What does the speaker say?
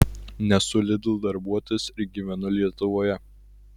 nesu lidl darbuotojas ir gyvenu lietuvoje